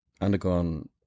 undergone